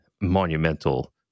monumental